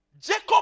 Jacob